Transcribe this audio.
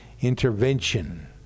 intervention